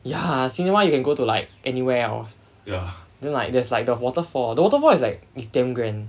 ya cinema you can go to like anywhere else you know like there is the waterfall the waterfall is like it's damn grand